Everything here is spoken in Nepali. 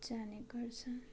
जाने गर्छ